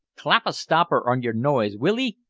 clap a stopper on yer noise, will ee?